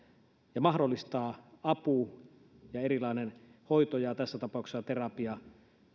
ja mahdollistaa apu ja erilainen hoito oikea aikaisesti tässä tapauksessa terapia